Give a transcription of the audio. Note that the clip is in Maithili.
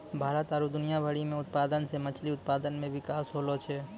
भारत आरु दुनिया भरि मे उत्पादन से मछली उत्पादन मे बिकास होलो छै